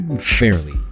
fairly